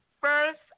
first